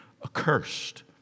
accursed